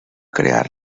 crear